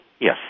Yes